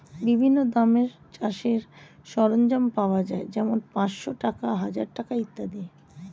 বিভিন্ন দামের চাষের সরঞ্জাম পাওয়া যায় যেমন পাঁচশ টাকা, হাজার টাকা ইত্যাদি